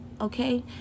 okay